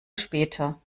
später